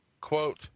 quote